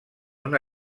una